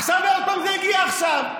עכשיו זה עוד פעם הגיע, עכשיו.